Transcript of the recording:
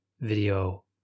video